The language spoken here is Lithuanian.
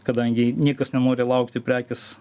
kadangi niekas nenori laukti prekės